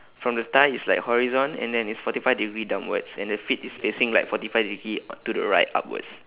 from the thigh it's like horizon and then it's forty five degree downwards and the feet is facing like forty five degree o~ to the right upwards